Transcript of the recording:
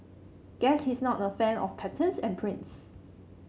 guess he's not a fan of patterns and prints